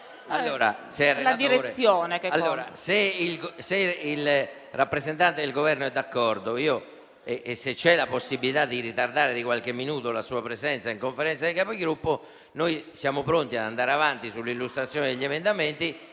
parla. Se il rappresentante del Governo è d'accordo e se c'è la possibilità di ritardare di qualche minuto la sua presenza nella Conferenza dei Capigruppo, noi siamo pronti ad andare avanti con l'illustrazione degli emendamenti,